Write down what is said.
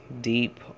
deep